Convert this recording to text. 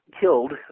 killed